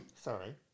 Sorry